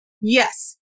yes